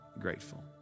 grateful